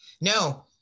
No